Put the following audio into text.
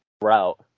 route